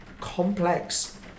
complex